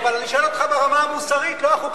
רגע, אבל אני שואל אותך ברמה המוסרית, לא החוקית.